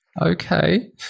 okay